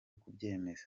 kubyemeza